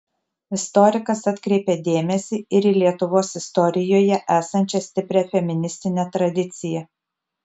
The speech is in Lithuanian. istorikas atkreipė dėmesį ir į lietuvos istorijoje esančią stiprią feministinę tradiciją